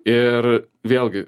ir vėlgi